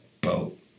boat